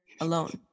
alone